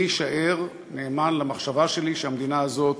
אני אשאר נאמן למחשבה שלי שהמדינה הזאת